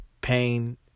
pain